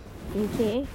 okay